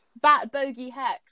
Bat-bogey-hex